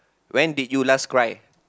when did you last cried